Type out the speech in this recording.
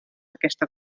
aquesta